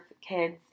kids